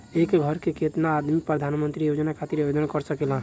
एक घर के केतना आदमी प्रधानमंत्री योजना खातिर आवेदन कर सकेला?